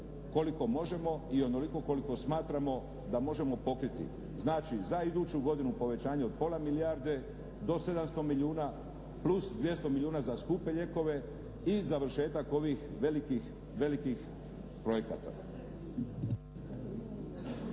koliko možemo i onoliko koliko smatramo da možemo pokriti. Znači za iduću godinu povećanje od pola milijarde do 700 milijuna plus 200 milijuna za skupe lijekove i završetak ovih velikih projekata.